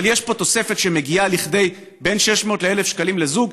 אבל יש פה תוספת שמגיעה לכדי בין 600 ל-1,000 שקלים לזוג.